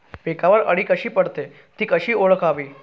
पिकावर अळी कधी पडते, ति कशी ओळखावी?